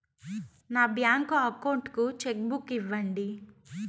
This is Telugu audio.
నా బ్యాంకు అకౌంట్ కు చెక్కు బుక్ ఇవ్వండి